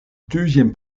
deuxième